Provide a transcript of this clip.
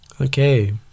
Okay